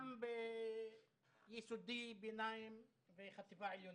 גם ביסודי, ביניים וחטיבה עליונה,